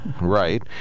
Right